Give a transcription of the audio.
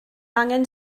angen